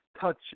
touch